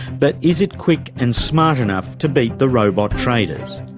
but is it quick and smart enough to beat the robot traders?